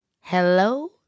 Hello